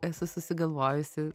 esu susigalvojusi